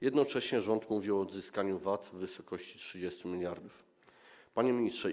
Jednocześnie rząd mówił o odzyskaniu VAT w wysokości 30 mld. Panie Ministrze!